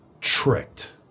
tricked